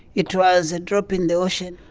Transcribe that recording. it was a drop in the ocean.